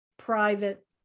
private